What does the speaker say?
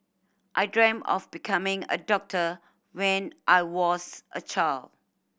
I dreamt of becoming a doctor when I was a child